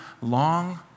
long